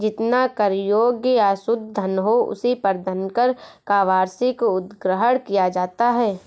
जितना कर योग्य या शुद्ध धन हो, उसी पर धनकर का वार्षिक उद्ग्रहण किया जाता है